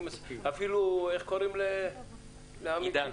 גם לעידן,